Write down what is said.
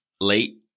Late